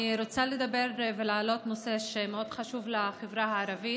אני רוצה לדבר ולהעלות נושא שמאוד חשוב לחברה הערבית.